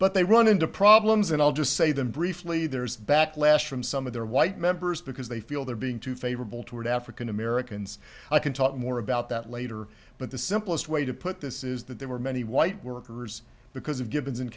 but they run into problems and i'll just say them briefly there's backlash from some of their white members because they feel they're being too favorable toward african americans i can talk more about that later but the simplest way to put this is that there were many white workers because of given